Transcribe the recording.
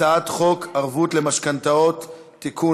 חוק ערבות למשכנתאות (תיקון,